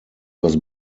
was